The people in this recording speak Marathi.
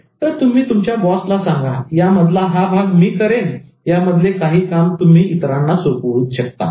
तर तुम्ही तुमच्या बॉसला सांगा या मधला हा भाग मी करेन यामधले काही काम तुम्ही इतरांना सोपवू शकता का